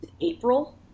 April